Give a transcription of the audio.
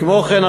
כמו כן,